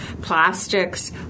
plastics